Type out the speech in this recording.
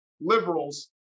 liberals